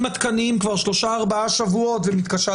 עדכניים כבר שלושה ארבעה שבועות ומתקשה לקבל.